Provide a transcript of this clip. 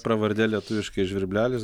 pravardė lietuviškai žvirblelis